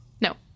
No